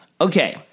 Okay